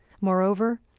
moreover,